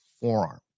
forearm